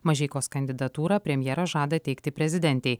mažeikos kandidatūrą premjeras žada teikti prezidentei